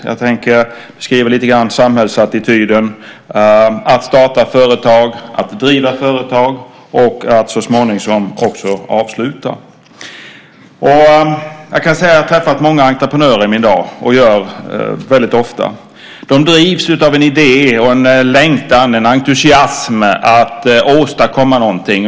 Jag tänkte beskriva samhällsattityden till att starta företag, att driva företag och att så småningom också avsluta. Jag har träffat många entreprenörer i mina dagar och gör så väldigt ofta. De drivs av en idé och en längtan, en entusiasm, att åstadkomma någonting.